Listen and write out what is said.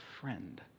friend